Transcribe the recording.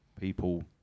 people